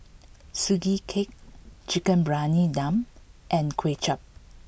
Sugee Cake Chicken Briyani Dum and Kuay Chap